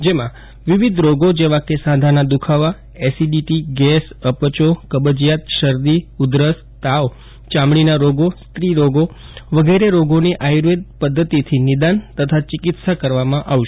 જેમાં વિવિધ રોગો જેવા કે સાંધાના દુખાવા એસીડીટી ગેસ અપચો કબજીયાત શરદી ઉધરસ તાવ એલર્જી ચામડીના રોગો સ્ત્રી રોગો વગેરે રોગોની આયુર્વેદ પધ્ધતિથી નિદાન તથા ચિકિત્સા કરવામાં આવશે